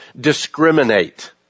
discriminate